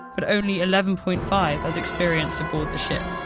but only eleven point five as experienced aboard the ship.